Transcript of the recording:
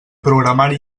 programari